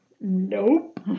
Nope